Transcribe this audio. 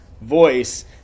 voice